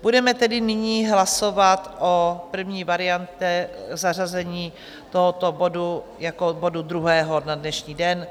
Budeme tedy nyní hlasovat o první variantě, zařazení tohoto bodu jako bodu druhého na dnešní den.